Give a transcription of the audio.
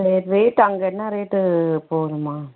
rate அங்கே என்ன rate போகுதும்மா